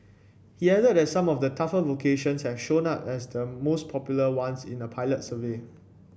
he added that some of the tougher vocations has shown up as the most popular ones in a pilot survey